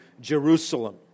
Jerusalem